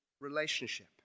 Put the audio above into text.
relationship